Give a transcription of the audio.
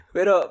Pero